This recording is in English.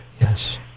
Yes